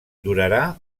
durarà